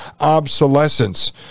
obsolescence